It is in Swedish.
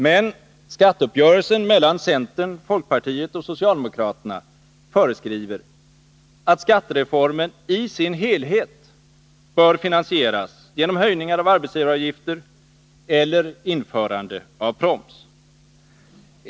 Men skatteuppgörelsen mellan centern, folkpartiet och socialdemokraterna föreskriver att skattereformen i sin helhet bör finansieras genom höjningar av arbetsgivaravgifter eller införande av proms.